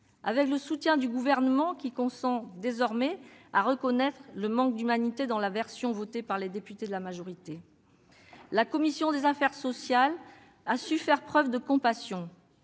avec le soutien du Gouvernement qui consent désormais à reconnaître le manque d'humanité de la version votée par les députés de la majorité. La commission des affaires sociales a su faire preuve de compassion.